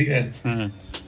mmhmm